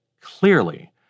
clearly